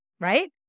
Right